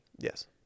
yes